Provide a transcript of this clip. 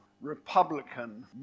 Republican